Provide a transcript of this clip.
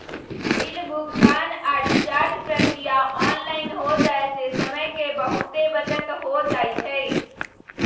bill भुगतान आऽ recharge प्रक्रिया ऑनलाइन हो जाय से समय के बहुते बचत हो जाइ छइ